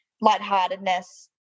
lightheartedness